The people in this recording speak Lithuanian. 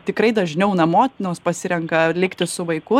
tikrai dažniau na motinos pasirenka likti su vaiku